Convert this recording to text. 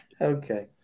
Okay